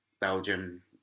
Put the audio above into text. Belgium